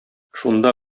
шунда